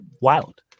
wild